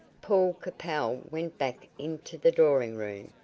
paul capel went back into the drawing-room,